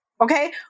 okay